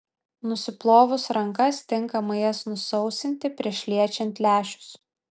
nusiplovus rankas tinkamai jas nusausinti prieš liečiant lęšius